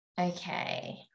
okay